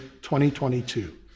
2022